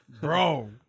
Bro